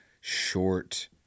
short –